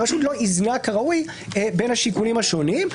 הרשות לא איזנה כראוי בין השיקולים השונים.